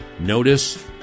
Notice